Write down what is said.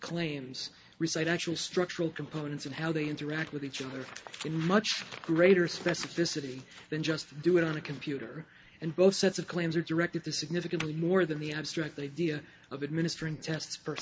claims recite actual structural components and how they interact with each other in much greater specificity than just do it on a computer and both sets of claims are directed to significantly more than the abstract idea of administering tests